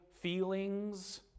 feelings